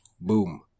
boom